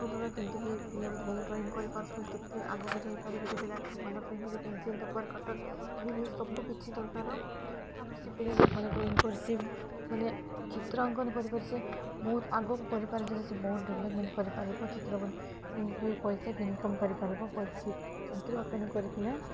ସରକାର ଯେମିତିକି ପିଲାଦିନ ଭଲ ଡ୍ରଇଂ କରିପାରୁଛି କେତେ ଆଗକୁ ଯାଇପାରିବ ସେଥିଲାଗି ଭଲ ଡ୍ରଇଂ କରିବ ପେନସିଲ୍ ରବର୍ କଟର୍ ଏମତି ସବୁ କିଛି ଦରକାର ତା'ପରେ ସେ ପିଲା ଭଲ ଡ୍ରଇଂ କର୍ସି ମାନେ ଚିତ୍ର ଅଙ୍କନ କରିି କରିି ସେ ବହୁତ ଆଗକୁ କରିପାରିଛି ସେ ବହୁତ ଡେଭଲପମେଣ୍ଟ୍ କରିପାରିବ ଚିତ୍ରଙ୍କନ ଯେମିତି ପଇସା ଇନକମ୍ କରିପାରିବ ଚିତ୍ର ଅଙ୍କନ କରିକିନା